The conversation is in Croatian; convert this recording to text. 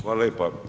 Hvala lijepa.